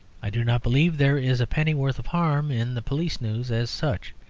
i do not believe there is a pennyworth of harm in the police news, as such.